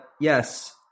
Yes